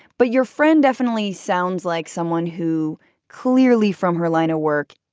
but your friend definitely sounds like someone who clearly from her line of work.